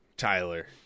Tyler